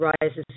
rises